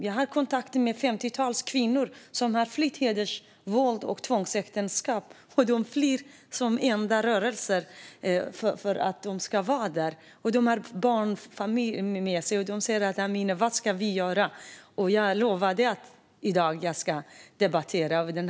Jag har haft kontakt med ett femtiotal kvinnor som har flytt hedersvåld och tvångsäktenskap. De flyr för att kunna vara där. De har barn med sig. De säger: Amineh, vad ska vi göra? Jag lovade att jag i dag skulle debattera det.